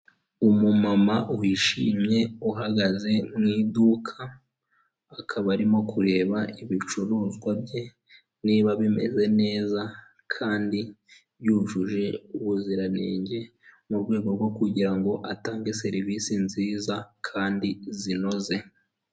Umumama wishimye uhagaze mu iduka, akaba arimo kureba ibicuruzwa bye niba bimeze neza kandi byujuje ubuziranenge, mu rwego rwo kugira ngo atange serivisi nziza kandi zinoze.